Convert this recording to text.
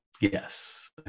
Yes